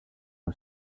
who